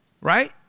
right